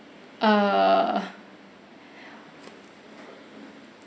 err